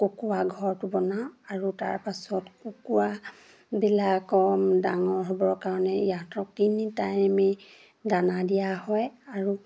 কুকুৰা ঘৰটো বনাওঁ আৰু তাৰপাছত কুকুৰাবিলাকক ডাঙৰ হ'বৰ কাৰণে ইহঁতক তিনি টাইমেই দানা দিয়া হয় আৰু